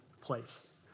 place